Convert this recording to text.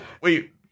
wait